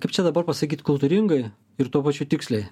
kaip čia dabar pasakyt kultūringai ir tuo pačiu tiksliai